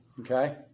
Okay